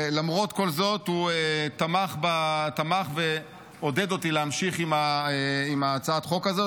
ולמרות כל זאת הוא תמך בי ועודד אותי עם הצעת החוק הזאת,